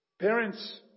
Parents